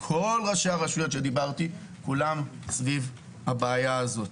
כל ראשי הרשויות שאיתם דיברתי, סביב הבעיה הזו.